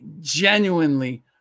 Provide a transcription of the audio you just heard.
genuinely